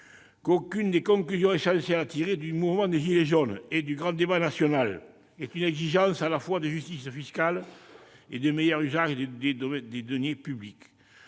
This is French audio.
qu'une des conclusions essentielles à tirer du mouvement des « gilets jaunes » et du grand débat national est une exigence, à la fois, de justice fiscale et de meilleur usage des deniers publics.